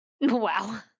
Wow